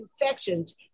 infections